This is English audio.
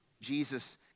Jesus